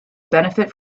benefit